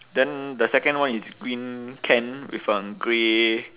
then the second one is green can with um grey